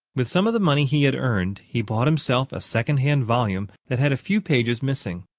with some of the money he had earned, he bought himself a secondhand volume that had a few pages missing,